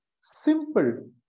Simple